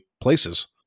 places